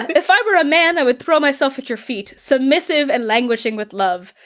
if i were a man, i would throw myself at your feet, submissive and languishing with love.